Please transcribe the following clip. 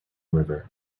river